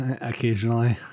Occasionally